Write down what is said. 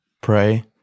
Pray